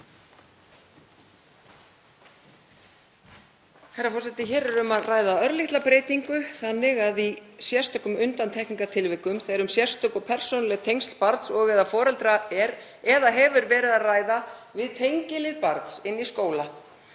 Hér er um að ræða örlitla breytingu þannig að í sérstökum undantekningartilvikum, þegar um sérstök og persónuleg tengsl barns og/eða foreldra er að ræða eða hefur verið að ræða við tengilið barns inni í skóla,